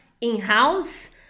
in-house